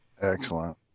Excellent